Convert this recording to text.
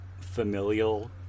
familial